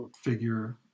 figure